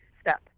step